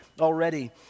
Already